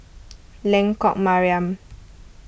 Lengkok Mariam